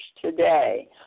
today